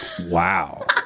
wow